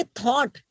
thought